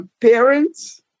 parents